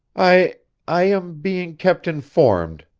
i i am being kept informed,